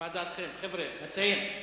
מה דעתכם, חבר'ה, מציעים?